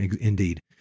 Indeed